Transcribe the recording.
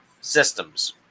systems